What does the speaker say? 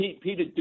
Peter